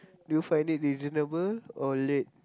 do you find it reasonable or late